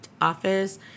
office